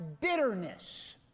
bitterness